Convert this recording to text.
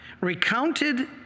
recounted